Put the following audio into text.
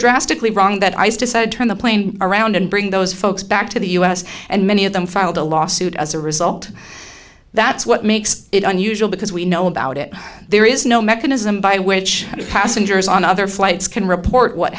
drastically wrong that ice decided to turn the plane around and bring those folks back to the u s and many of them filed a lawsuit as a result that's what makes it unusual because we know about it there is no mechanism by which passengers on other flights can report what